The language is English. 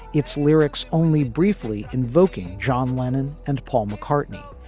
its lyrics only briefly invoking john lennon and paul mccartney.